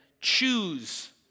choose